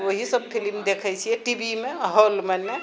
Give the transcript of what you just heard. ओएह सभ फिलिम देखै छिऐ टीवीमे हाँलमे ने